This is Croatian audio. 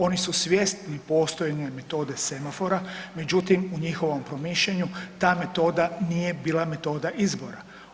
Oni su svjesni postojanja metode semafora međutim u njihovom promišljanju ta metoda nije bila metoda izbora.